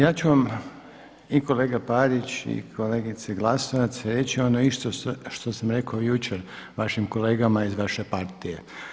Ja ću vam i kolega Parić i kolegice Glasovac reći ono isto što sam rekao jučer vašim kolegama iz vaše partije.